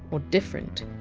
or! different,